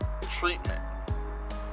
treatment